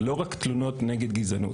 זה לא רק תלונות נגד גזענות.